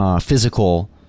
physical